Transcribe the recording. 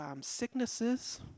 sicknesses